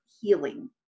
healing